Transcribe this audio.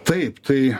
taip tai